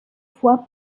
fois